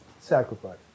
Sacrifice